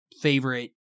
favorite